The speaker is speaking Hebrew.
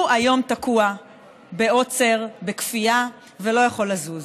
הוא היום תקוע בעוצר בכפייה, ולא יכול לזוז.